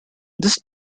these